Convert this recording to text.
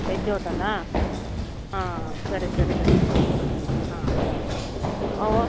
veg ಹೋಟಲ್ಲಾ ಹಾಂ ಸರಿ ಸರಿ ಸರಿ ಮೇಡಮ್ ಹಾಂ ಓಕ್